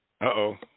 Uh-oh